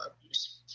abuse